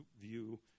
view